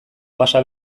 pasa